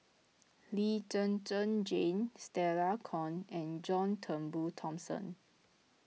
Lee Zhen Zhen Jane Stella Kon and John Turnbull Thomson